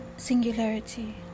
Singularity